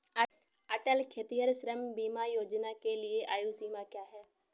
अटल खेतिहर श्रम बीमा योजना के लिए आयु सीमा क्या है?